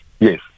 Yes